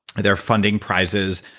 they're funding prizes,